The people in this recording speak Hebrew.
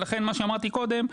ולכן מה שאמרתי קודם,